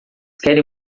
querem